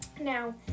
Now